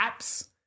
apps